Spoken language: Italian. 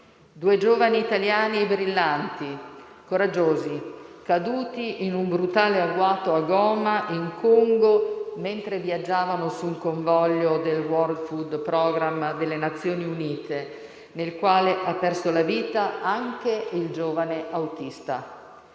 due giovani italiani brillanti, coraggiosi, caduti in un brutale agguato a Goma, in Congo, mentre viaggiavano su un convoglio del World Food Programme delle Nazioni Unite, nel quale ha perso la vita anche il giovane autista.